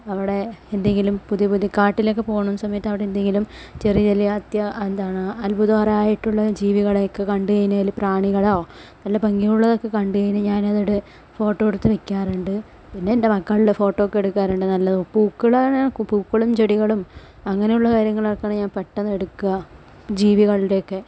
അവിടെ എന്തെങ്കിലും പുതിയ പുതിയ കാട്ടിലൊക്കെ പോകുന്ന സമയത്ത് അവിടെ എന്തെങ്കിലും ചെറിയ ചെറിയ അത്യ എന്താണ് അത്ഭുതപരമായിട്ടുള്ള ജീവികളെയൊക്കെ കണ്ടു കഴിഞ്ഞാൽ പ്രാണികളോ നല്ല ഭംഗിയുള്ളതൊക്കെ കണ്ടു കഴിഞ്ഞാൽ ഞാനത് ഫോട്ടോ എടുത്ത് വയ്ക്കാറുണ്ട് പിന്നെ എൻ്റെ മക്കളുടെ ഫോട്ടോ ഒക്കെ എടുക്കാറുണ്ട് നല്ലത് പൂക്കളാണ് പൂക്കളും ചെടികളും അങ്ങനെയുള്ള കാര്യങ്ങളൊക്കെയാണ് ഞാൻ പെട്ടെന്ന് എടുക്കുക ജീവികളുടെയൊക്കെ